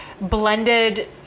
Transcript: blended